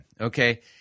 okay